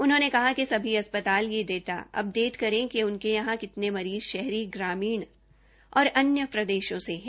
उन्होंने कहा कि सभी अस्पताल यह डाटा अपडेट करें कि उनके यहां कितने मरीज शहरी ग्रामीण और अन्य प्रदेशो से हैं